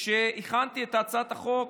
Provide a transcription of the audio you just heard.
כשהכנתי את הצעת החוק